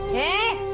a